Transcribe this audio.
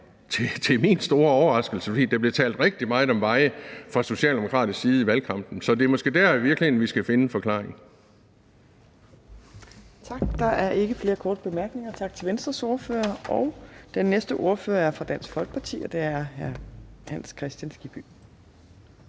ikke et ord om veje, for der blev talt rigtig meget om veje fra Socialdemokraternes side i valgkampen. Så det er måske i virkeligheden der, vi skal finde en forklaring.